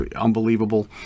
unbelievable